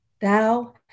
Thou